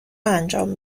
انجام